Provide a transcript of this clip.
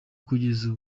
kugeza